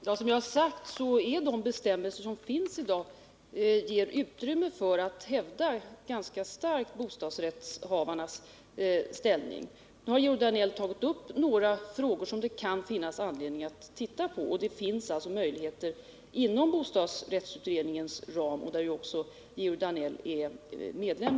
Herr talman! Som jag sade i svaret ger de bestämmelser som finns i dag utrymme för att man ganska starkt skall kunna hävda bostadsrättshavarnas ställning. Georg Danell har här tagit upp några frågor som det kan finnas anledning att se närmare på, och det finns möjligheter att göra detta inom ramen för bostadsrättsutredningen, i vilken ju också Georg Danell är medlem.